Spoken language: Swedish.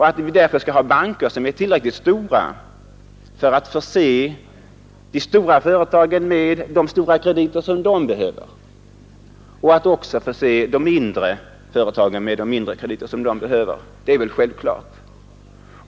Att vi därför skall ha banker av tillräcklig storlek för att förse de stora företagen med de omfattande krediter de behöver, samtidigt som de skall kunna ge de mindre företagen de krediter som de behöver, är väl självklart.